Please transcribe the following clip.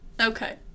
Okay